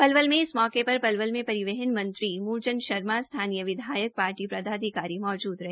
पलवल में इस मौके पर पलवल में परिवहन मंत्री मूलचंद शर्मा स्थानीय पदाधिकारी मौजूद रहे